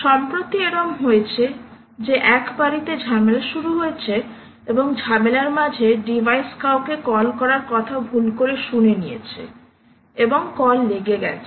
সম্প্রতি এরম হয়েছে যে এক বাড়িতে ঝামেলা শুরু হয়েছে এবং ঝামেলার মাঝে ডিভাইস কাউকে কল করার কথা ভুল করে শুনে নিয়েছে এবং কল লেগে গেছে